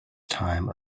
time